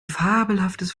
fabelhaftes